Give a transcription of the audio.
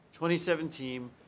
2017